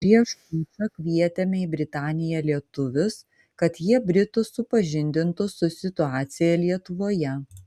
prieš pučą kvietėme į britaniją lietuvius kad jie britus supažindintų su situacija lietuvoje